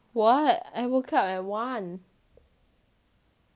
what I woke up at one